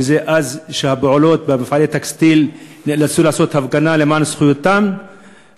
שאז הפועלות במפעלי טקסטיל נאלצו לעשות הפגנה למען זכויותיהן,